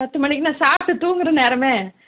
பத்து மணிக்கு நான் சாப்பிட்டு தூங்குகிற நேரம்